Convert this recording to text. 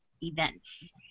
events